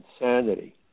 insanity